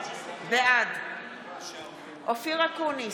בעד אופיר אקוניס,